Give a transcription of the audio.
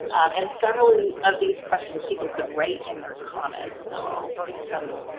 and several of these questions people could write in their comments, so i'll do some,